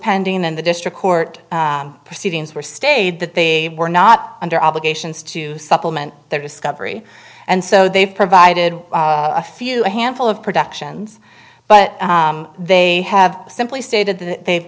pending in the district court proceedings were stated that they were not under obligations to supplement their discovery and so they've provided a few a handful of productions but they have simply stated that they've